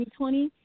2020